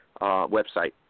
website